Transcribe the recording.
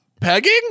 Pegging